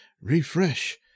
refresh